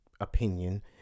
opinion